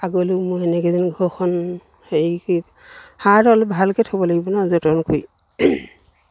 আগলৈও মোৰ সেনেকৈ যেন ঘৰখন হেৰি হাঁহতো অলপ ভালকৈ থ'ব লাগিব ন যতন কৰি